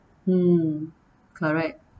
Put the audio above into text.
mm correct